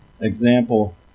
example